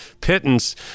pittance